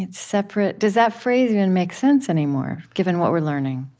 and separate? does that phrase even make sense anymore, given what we're learning?